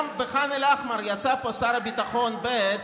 גם בח'אן אל-אחמר, יצא מפה שר הביטחון ב',